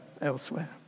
Elsewhere